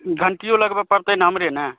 घण्टियो लगबऽ पड़तै हमरे ने